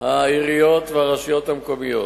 העיריות והרשויות המקומיות,